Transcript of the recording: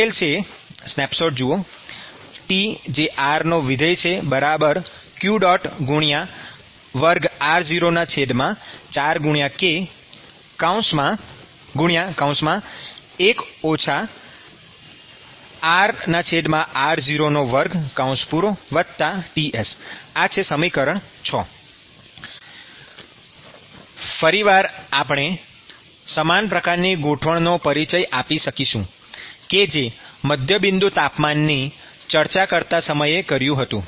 ઉકેલ છે સ્નેપશૉટ જુઓ Trqr024k1 rr02Ts ૬ ફરીવાર આપણે સમાન પ્રકારની ગોઠવણનો પરિચય આપી શકીશું કે જે મધ્યબિંદુ તાપમાનની ચર્ચા કરતા સમયે કર્યું હતું